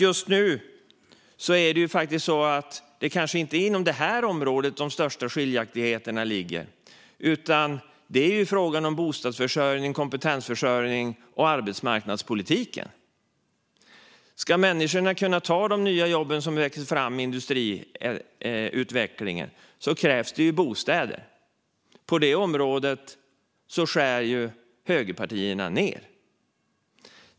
Just nu är det kanske inte inom det området som de största skiljaktigheterna ligger, utan det handlar om bostadsförsörjning, kompetensförsörjning och arbetsmarknadspolitiken. Ska människorna kunna ta de nya jobb som växer fram i industriutvecklingen krävs det att det finns bostäder. På det området skär högerpartierna ned.